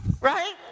right